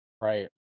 Right